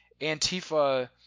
Antifa –